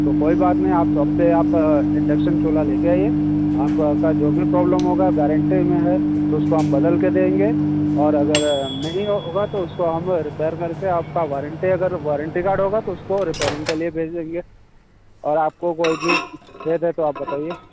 तो कोई बात नहीं आप शॉप पर आप इंडक्शन चूल्हा लेकर आइए आप का जो भी प्रॉब्लम होगा गारंटी में है तो उसको हम बदल के देंगे और अगर नहीं होगा तो उसको हम रिपेयर करके आपका वारंटी अगर वारंटी कार्ड होगा तो उसको रिपेयरिंग के लिए भेज देंगे और आपको कोई भी खेद है तो आप बताइए